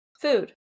Food